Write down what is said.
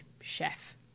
chef